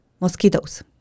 mosquitoes